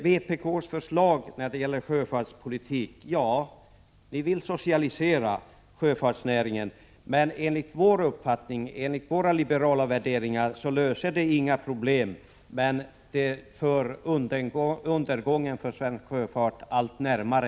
Sedan till vpk:s förslag när det gäller sjöfartspolitiken. Ni vill socialisera sjöfartsnäringen. Enligt vår uppfattning och våra liberala värderingar löser det inga problem. Men om vi väljer socialiseringslinjen kommer undergången för svensk sjöfart allt närmare.